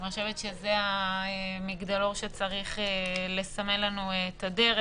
אני חושבת שזה המגדלור שצריך לסמן לנו את הדרך.